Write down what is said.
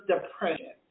depression